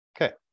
Okay